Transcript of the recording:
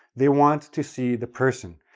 they want to see the person.